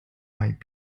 might